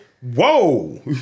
Whoa